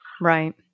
Right